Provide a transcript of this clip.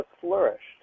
flourished